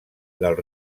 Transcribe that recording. del